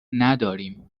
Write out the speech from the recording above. نداریم